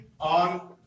on